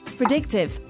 Predictive